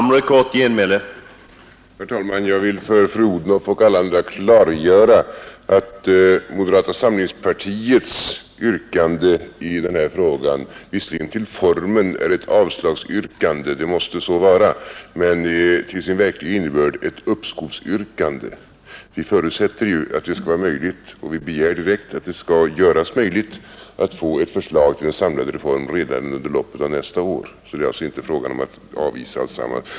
Herr talman! Jag vill för fru Odhnoff och alla andra klargöra att moderata samlingspartiets yrkande i den här frågan visserligen till formen är ett avslagsyrkande — det måste så vara — men till sin verkliga innebörd ett uppskovsyrkande. Vi förutsätter ju att det skall vara möjligt, och vi har begärt att det skall göras möjligt, att få ett förslag till en samlad reform redan under loppet av nästa år. Det är alltså inte fråga om att avvisa alltsammans.